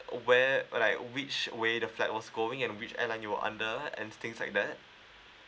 where like which way the flight was going and which airline you're under and things like that